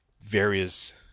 various